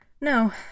no